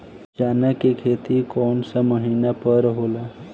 चन्ना के खेती कौन सा मिट्टी पर होला?